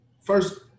first